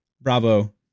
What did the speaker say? bravo